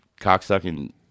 cocksucking